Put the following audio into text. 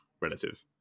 relative